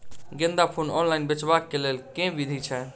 गेंदा फूल ऑनलाइन बेचबाक केँ लेल केँ विधि छैय?